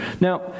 Now